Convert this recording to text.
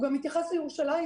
הוא התייחס גם לירושלים,